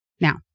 Now